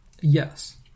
yes